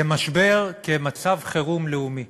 כמשבר, כמצב חירום לאומי.